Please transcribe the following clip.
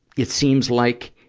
it seems like,